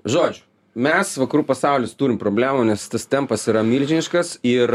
žodžiu mes vakarų pasaulis turim problemų nes tas tempas yra milžiniškas ir